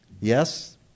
Yes